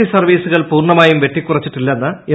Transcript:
C സർവ്വീസുകൾ പൂർണ്ണമായും വെട്ടിക്കുറച്ചിട്ടില്ലെന്ന് എം